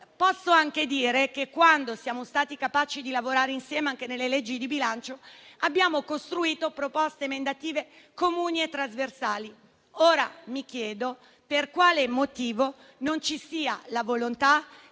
Posso dire infatti che, quando siamo stati capaci di lavorare insieme, anche nelle leggi di bilancio, abbiamo costruito proposte emendative comuni e trasversali. Mi chiedo dunque per quale motivo non ci sia ora la volontà